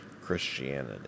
Christianity